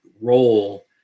role